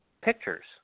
pictures